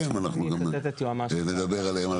אבל נדבר עליהם,